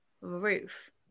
roof